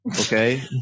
okay